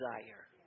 desire